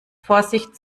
vorsicht